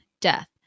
death